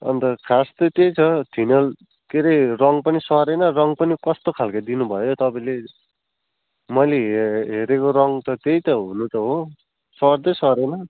अन्त खास चाहिँ त्यही त थिनर के हरे रङ पनि सरेन रङ पनि कस्तो खाल्को दिनुभयो तपाईँले मैले हेरेको रङ त त्यही त हुनु त हो सर्दै सरेन